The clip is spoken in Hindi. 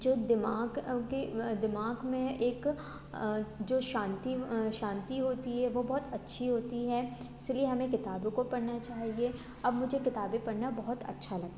जो दिमाग़ के दिमाग़ में एक जो शांति शांति होती है वो बहुत अच्छी होती है इसलिए हमें किताबों को पढ़ना चाहिए अब मुझे किताबें पढ़ना बहुत अच्छा लगता है